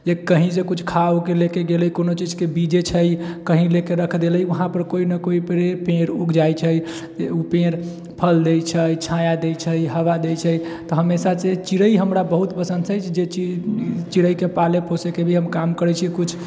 जे कही से कुछ उके लेके गेलै कोनो चीजके बीज जे छै कही लेके रख देलै उहा पर कोइ नऽ कोइ पेड़ उग जाइ छै ओ पेड़ फल दै छै छाया दै छै हवा देइ छै तऽ हमेशा से चिड़ै हमरा बहुत छै जे चिड़ैके पाले पोसेके भी हम काम करै छी कुछ